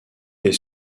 est